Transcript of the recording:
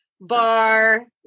bar